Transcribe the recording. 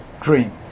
dream